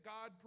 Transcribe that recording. God